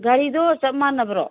ꯒꯥꯔꯤꯗꯨ ꯆꯞ ꯃꯥꯟꯅꯕꯔꯣ